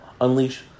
unleash